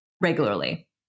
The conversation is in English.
regularly